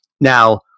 Now